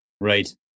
Right